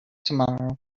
tomorrow